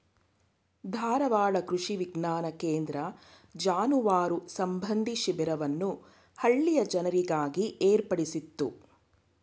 ಧಾರವಾಡ ಕೃಷಿ ವಿಜ್ಞಾನ ಕೇಂದ್ರ ಜಾನುವಾರು ಸಂಬಂಧಿ ಶಿಬಿರವನ್ನು ಹಳ್ಳಿಯ ಜನರಿಗಾಗಿ ಏರ್ಪಡಿಸಿತ್ತು